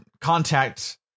Contact